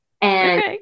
And-